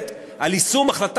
כן,